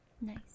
Nice